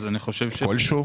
אז אני חושב --- כלשהו?